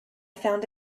found